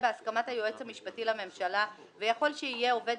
בהסכמת היועץ המשפטי לממשלה ויכול שיהיה עובד